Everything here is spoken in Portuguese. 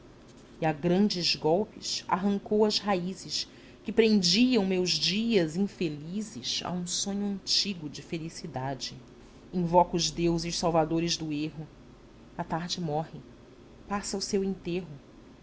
e a grandes golpes arrancou as raízes que prendiam meus dias infelizes a um sonho antigo de felicidade invoco os deuses salvadores do erro a tarde morre passa o seu enterro